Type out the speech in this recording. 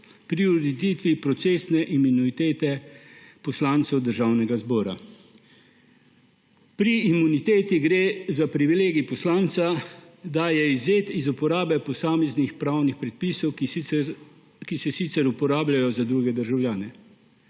pri ureditvi procesne imunitete poslancev Državnega zbora. Pri imuniteti gre za privilegij poslanca, da je izvzet iz uporabe posameznih pravnih predpisov, ki se sicer uporabljajo za druge državljane,